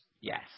yes